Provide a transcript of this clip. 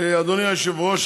אדוני היושב-ראש,